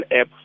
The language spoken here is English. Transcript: app